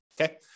Okay